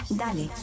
dale